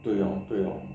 对咯对咯